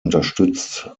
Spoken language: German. unterstützt